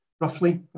roughly